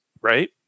right